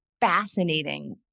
fascinating